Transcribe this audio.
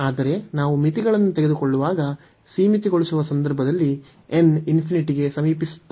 ಆದರೆ ನಾವು ಮಿತಿಗಳನ್ನು ತೆಗೆದುಕೊಳ್ಳುವಾಗ ಸೀಮಿತಗೊಳಿಸುವ ಸಂದರ್ಭದಲ್ಲಿ n ಗೆ ಸಮೀಪಿಸುತ್ತದೆ